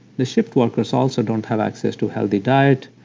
the shift workers also don't have access to healthy diet,